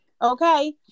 Okay